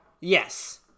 Yes